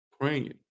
praying